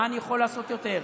מה אני יכול לעשות יותר?